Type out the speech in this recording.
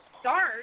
start